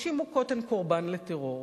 נשים מוכות הן קורבן לטרור.